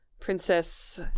Princess